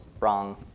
wrong